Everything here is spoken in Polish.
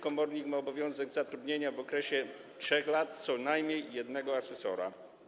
Komornik ma obowiązek zatrudnienia w okresie 3 lat co najmniej jednego asesora.